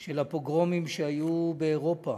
של הפוגרומים שהיו באירופה,